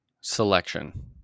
Selection